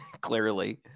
Clearly